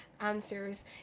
Answers